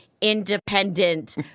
independent